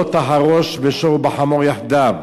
"לא תחרֹש בשור ובחמֹר יחדו".